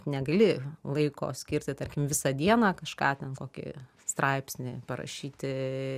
negali laiko skirti tarkim visą dieną kažką ten kokį straipsnį parašyti